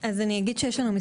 אז אני אגיד שיש לנו,